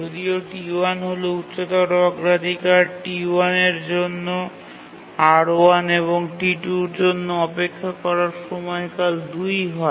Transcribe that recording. যদিও T1 হল উচ্চতর অগ্রাধিকার এবং T1 এর জন্য R1 এবং T2 এর জন্য অপেক্ষা করার সময়কাল ২ হয়